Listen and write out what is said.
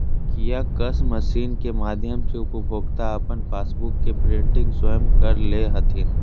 kiosk machine के माध्यम से उपभोक्ता अपन पासबुक के प्रिंटिंग स्वयं कर ले हथिन